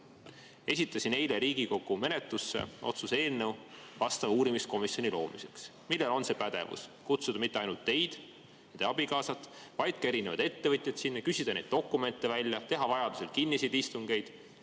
Esitasin eile Riigikogu menetlusse otsuse eelnõu luua vastav uurimiskomisjon, millel oleks pädevus kutsuda mitte ainult teid ja teie abikaasat, vaid ka erinevaid ettevõtjaid sinna, küsida neilt dokumente välja, teha vajadusel kinniseid istungeid,